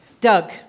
Doug